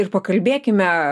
ir pakalbėkime